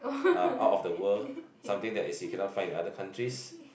ah out of the world something that is you cannot find in other countries